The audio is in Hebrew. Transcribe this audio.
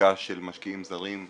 לבדיקה של משקיעים זרים.